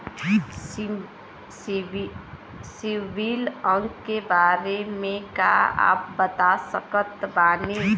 CIBIL अंक के बारे मे का आप बता सकत बानी?